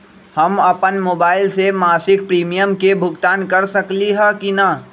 हम अपन मोबाइल से मासिक प्रीमियम के भुगतान कर सकली ह की न?